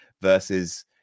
versus